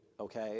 okay